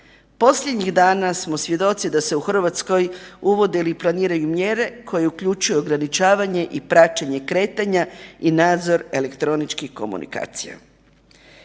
Posljednjih dana smo svjedoci da se u Hrvatskoj uvode ili planiraju mjere koje uključuju ograničavanje i praćenje kretanja i nadzor elektroničkih komunikacija.